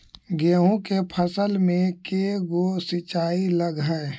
गेहूं के फसल मे के गो सिंचाई लग हय?